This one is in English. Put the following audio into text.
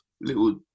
little